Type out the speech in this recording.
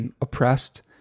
oppressed